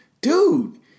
dude